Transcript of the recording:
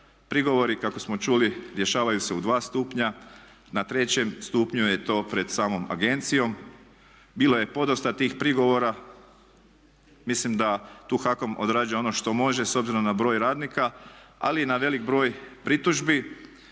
prigovori kako smo čuli rješavaju se u dva stupnja. Na trećem stupnju je to pred samom agencijom. Bilo je podosta tih prigovora. Mislim da tu HAKOM odrađuje ono što može s obzirom na broj radnika, ali i na velik broj pritužbi.